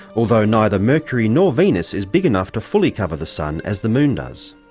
although neither mercury nor venus is big enough to fully cover the sun as the moon does.